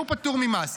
שהוא פטור ממס.